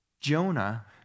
Jonah